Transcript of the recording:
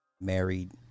married